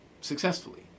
successfully